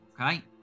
Okay